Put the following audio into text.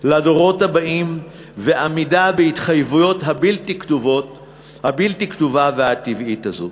לדורות הבאים ועמידה בהתחייבות הבלתי-כתובה והטבעית הזאת.